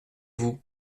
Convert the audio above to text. vous